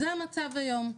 זה המצב היום.